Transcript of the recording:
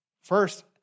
First